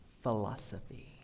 philosophy